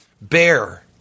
bear